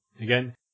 again